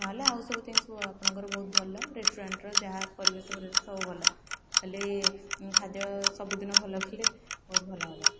ନହେଲେ ଆଉ ସବୁ ଥିଙ୍ଗସ୍ ଆପଣଙ୍କର ବହୁତ ଭଲ ରେଷ୍ଟୁରାଣ୍ଟର ଯାହା ପରିବେଶ ଫରିବେଶ ସବୁ ଭଲ ହେଲେ ଖାଦ୍ୟ ସବୁଦିନ ଭଲ କଲେ ବହୁତ ଭଲ ହେବ